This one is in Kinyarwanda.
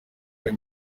buri